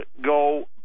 go